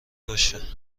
باشه